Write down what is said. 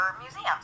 museums